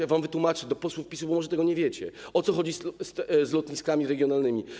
Ja wam wytłumaczę - to do posłów PiS-u, bo może tego nie wiecie - o co chodzi z lotniskami regionalnymi.